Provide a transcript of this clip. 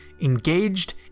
engaged